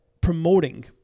promoting